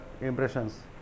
impressions